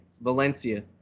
Valencia